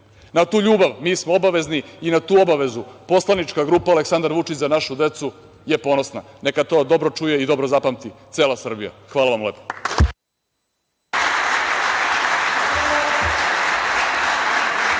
tu ljubav mi smo obavezni i na tu obavezu poslanička grupa „Aleksandar Vučić – za našu decu“ je ponosna. Neka to dobro čuje i dobro zapamti cela Srbija. Hvala.